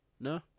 no